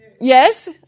Yes